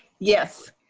yes.